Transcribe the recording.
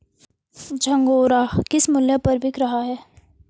झंगोरा किस मूल्य पर बिक रहा है?